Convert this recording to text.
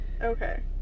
Okay